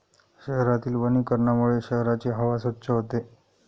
शहरातील वनीकरणामुळे शहराची हवा स्वच्छ होते